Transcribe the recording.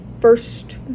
first